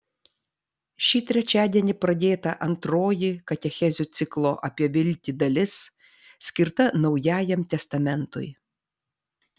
šį trečiadienį pradėta antroji katechezių ciklo apie viltį dalis skirta naujajam testamentui